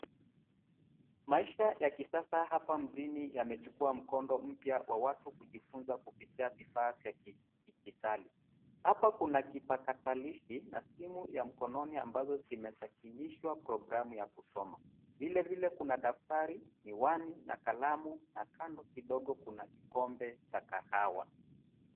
Maisha ya kisasa hapa mjini yamechukua mkondo mpya wa watu kujifunza kupitia vifaa vya kidijitali. Hapa kuna kipakatalishi na simu ya mkononi ambazo zimesakinishwa programu ya kusoma. Vilevile kuna daftari, miwani na kalamu na kando kidogo kuna kikombe cha kahawa.